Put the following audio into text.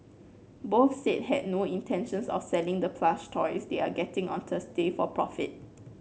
both said had no intentions of selling the plush toys they are getting on Thursday for profit